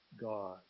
God